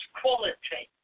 quality